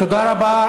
תודה רבה.